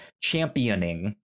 championing